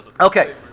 Okay